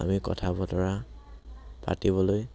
আমি কথা বতৰা পাতিবলৈ